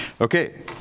okay